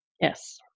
Yes